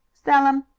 sell em.